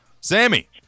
Sammy